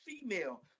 female